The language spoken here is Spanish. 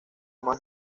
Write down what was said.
más